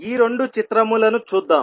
ఈ రెండు చిత్రములను చూద్దాం